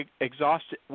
exhausted